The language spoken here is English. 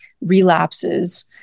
relapses